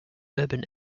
urban